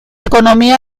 economía